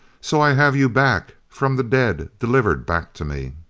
so i have you back! from the dead, delivered back to me!